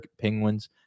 Penguins